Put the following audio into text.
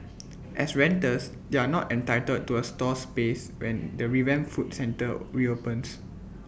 as renters they are not entitled to A stall space when the revamped food centre reopens